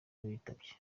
bitavye